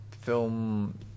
film